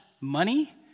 money